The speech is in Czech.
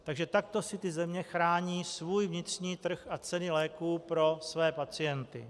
Takže takto si ty země chrání svůj vnitřní trh a ceny léků pro své pacienty.